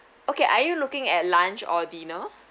okay are you looking at lunch or dinner